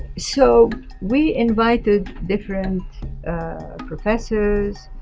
so we invited different ah professors